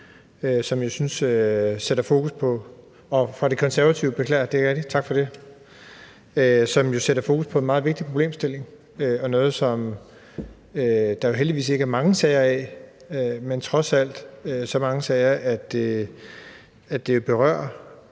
som sætter fokus på en meget vigtig problemstilling og noget, som der jo heldigvis ikke er mange sager om, men trods alt så mange sager, at det berører